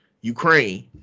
Ukraine